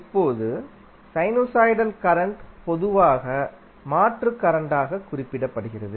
இப்போது sinusoidal current பொதுவாக மாற்று கரண்டாக குறிப்பிடப்படுகிறது